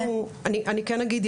אני כן אגיד,